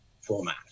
format